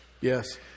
yes